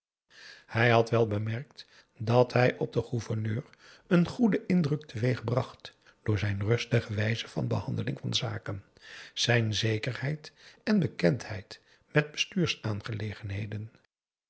hij had wel bemerkt dat hij op den gouverneur een goeden indruk teweegbracht door zijn rustige wijze van behandeling van zaken zijn zekerheid en bekendheid